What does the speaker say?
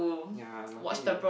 ya lucky